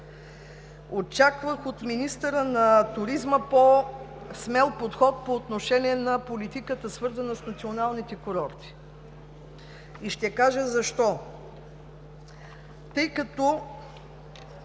Очаквах от министъра на туризма по-смел подход по отношение на политиката, свързана с националните курорти, и ще кажа защо. Тъй като